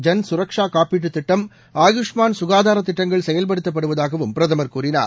ஜன் சுரக்ஷா காப்பீட்டுத் திட்டம் ஆயுஷ்மான் சுகாதார திட்டங்கள் செயல்படுத்தப்படுவதாகவும் பிரதமர் கூறினார்